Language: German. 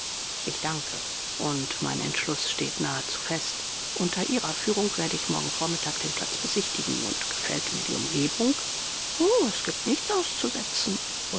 ich danke und mein entschluß steht nahezu fest unter ihrer führung werde ich morgen vormittag den platz besichtigen und gefällt mir die umgebung oh es gibt nichts auszusetzen